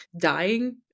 dying